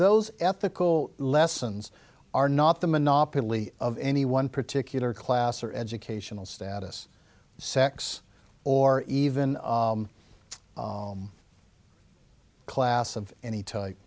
those ethical lessons are not the monopoly of any one particular class or educational status sex or even class of any type